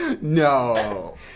No